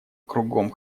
кругом